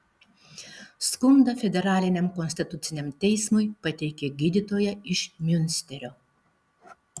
skundą federaliniam konstituciniam teismui pateikė gydytoja iš miunsterio